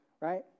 Right